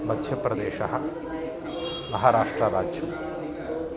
मध्यप्रदेशः महाराष्ट्रराज्यम्